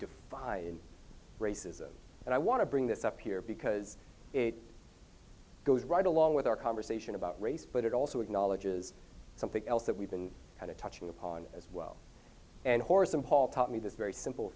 end racism and i want to bring this up here because it goes right along with our conversation about race but it also acknowledges something else that we've been kind of touching upon as well and horace and paul taught me this very simple